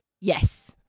Yes